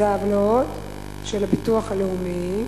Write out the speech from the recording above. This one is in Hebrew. זה עוולות של ביטוח לאומי.